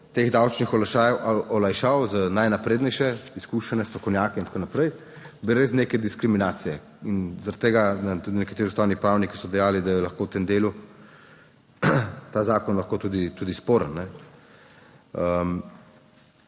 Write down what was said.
teh davčnih olajšav, olajšav za najnaprednejše izkušene strokovnjake in tako naprej, brez neke diskriminacije. In zaradi tega nam tudi nekateri ustavni pravniki so dejali, da je lahko v tem delu ta zakon tudi sporen.